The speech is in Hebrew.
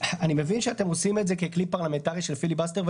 אני מבין שאתם עושים את זה ככלי פרלמנטרי של פיליבסטר,